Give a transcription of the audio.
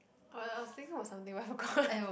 oh I was thinking about something but I forgot